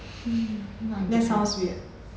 um not that